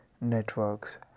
networks